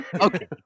Okay